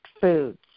foods